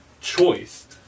choice